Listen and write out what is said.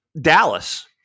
Dallas